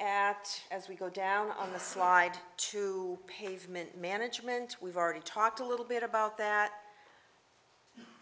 at as we go down on the slide to pavement management we've already talked a little bit about that